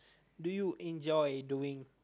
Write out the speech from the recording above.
do you enjoy doing